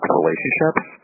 relationships